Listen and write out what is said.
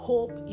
Hope